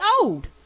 old